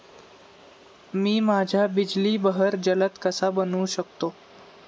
मी माझ्या बिजली बहर जलद कसा बनवू शकतो?